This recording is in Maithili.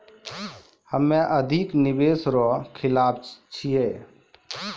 हम्मे अधिक निवेश रो खिलाफ छियै